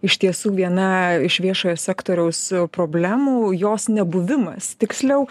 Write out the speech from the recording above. iš tiesų viena iš viešojo sektoriaus problemų jos nebuvimas tiksliau